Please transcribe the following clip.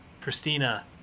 Christina